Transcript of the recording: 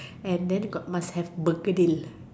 and then got must have Burger deal